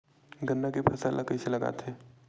गन्ना के फसल ल कइसे लगाथे?